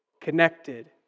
Connected